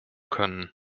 können